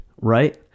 right